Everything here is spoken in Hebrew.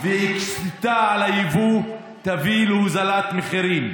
והקשתה על היבוא, זה יביא להוזלת מחירים,